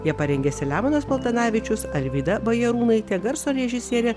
ją parengė selemonas paltanavičius alvyda bajarūnaitė garso režisierė